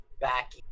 back